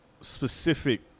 specific